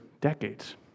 decades